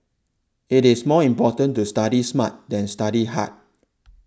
it is more important to study smart than study hard